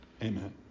amen